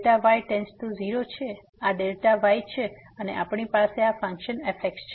તેથી આ Δy → 0 છે આ y છે અને આપણી પાસે આ ફંક્શન fx છે